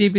JP